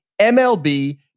MLB